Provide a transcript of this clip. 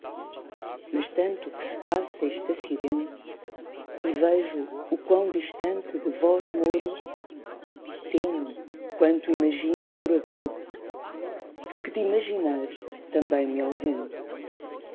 mas tanto que se passa este acidente e vejo o quão distante de vós mouro temo quanto imagino por agouro porque d'imaginar também